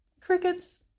crickets